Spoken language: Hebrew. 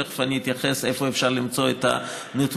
תכף אני אתייחס לאיפה אפשר למצוא את הנתונים,